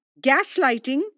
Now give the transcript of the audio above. Gaslighting